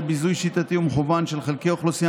לביזוי שיטתי ומכוון של חלקי אוכלוסייה